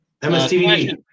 MSTV